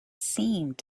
seemed